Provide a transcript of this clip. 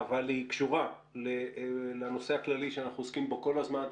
אבל היא קשורה לנושא הכללי שאנחנו עוסקים בו כל הזמן,